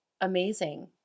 amazing